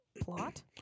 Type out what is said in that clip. plot